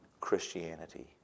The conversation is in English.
Christianity